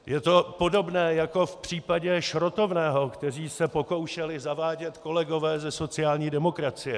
Je to podobné jako v případě šrotovného, které se pokoušeli zavádět kolegové ze sociální demokracie.